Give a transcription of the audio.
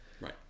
Right